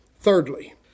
Thirdly